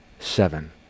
seven